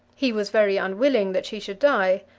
he was very unwilling that she should die,